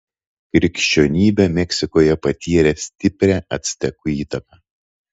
krikščionybė meksikoje patyrė stiprią actekų įtaką